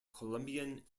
colombian